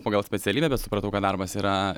pagal specialybę bet supratau kad darbas yra